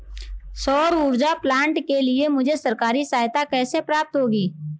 सौर ऊर्जा प्लांट के लिए मुझे सरकारी सहायता कैसे प्राप्त होगी?